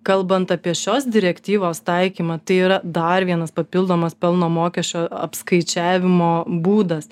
kalbant apie šios direktyvos taikymą tai yra dar vienas papildomas pelno mokesčio apskaičiavimo būdas